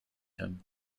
him